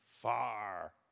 far